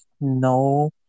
no